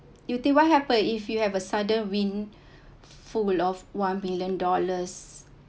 you think what happen if you have a sudden win fall of one million dollars